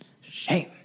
shame